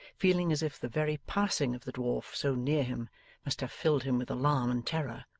feeling as if the very passing of the dwarf so near him must have filled him with alarm and terror.